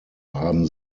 haben